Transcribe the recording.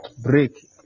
break